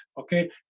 okay